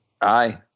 aye